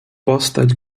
postać